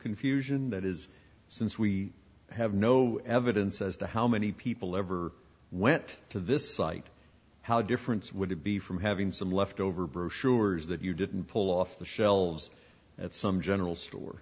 confusion that is since we have no evidence as to how many people ever went to this site how difference would it be from having some leftover brochures that you didn't pull off the shelves at some general store